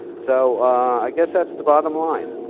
so i guess that's the bottom line,